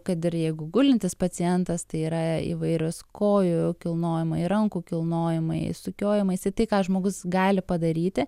kad ir jeigu gulintis pacientas tai yra įvairios kojų kilnojimai rankų kilnojimai sukiojimaisi tai ką žmogus gali padaryti